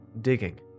digging